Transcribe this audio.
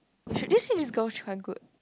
you should did you see this girl